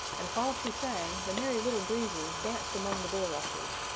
and while she sang the merry little breezes danced among the bulrushes,